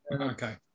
okay